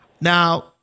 Now